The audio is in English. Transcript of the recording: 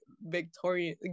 victorian